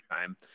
time